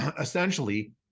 essentially